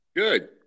Good